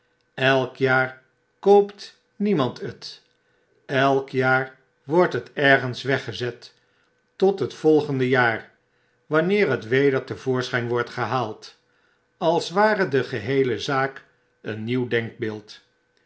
elk jaar koopt niemand het elk jaar wordt het ergens weggezet tot het volgende jaar wnneer het weder te voorschp wordt gehaald als ware de geheele zaak een nieuw denkbeeld